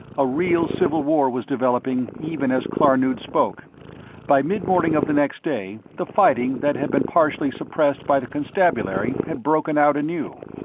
a real civil war was developing even as klarnood spoke by mid-morning of the next day, the fighting that had been partially suppressed by the constabulary had broken out anew.